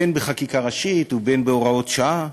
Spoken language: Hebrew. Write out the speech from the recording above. בין בחקיקה ראשית ובין בהוראות שעה.